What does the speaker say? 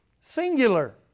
singular